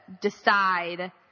decide